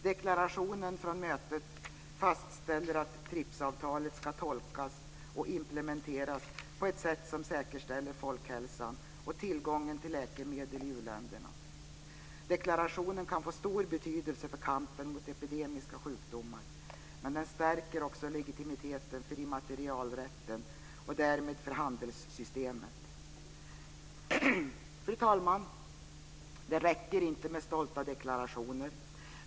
Deklarationen från mötet fastställer att TRIPS-avtalet ska tolkas och implementeras på ett sådant sätt att folkhälsan och tillgången till läkemedel i u-länderna säkerställs. Deklarationen kan få stor betydelse för kampen mot epidemiska sjukdomar, men den stärker också legitimiteten för immaterialrätten och därmed för handelssystemet. Fru talman! Det räcker inte med stolta deklarationer.